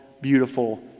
beautiful